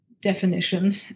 definition